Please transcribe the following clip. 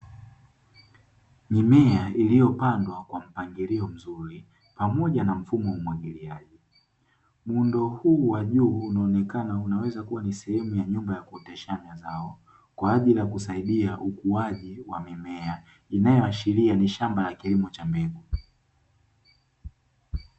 Mimea iliyopandwa kwa mpangilio mzuri pamoja na mfumo wa umwagiliaji, muundo huu wa juu unaonekana unaweza kuwa ni sehemu ya nyumba ya kuoteshea mazao kwaajili ya kusaidia ukuaji wa mimea inayoashiria ni shamba la kilimo cha mbegu.